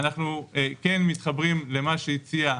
אנחנו כן מתחברים למה שהציע,